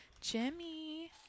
Jimmy